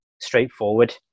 straightforward